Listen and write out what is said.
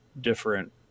different